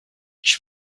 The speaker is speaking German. ich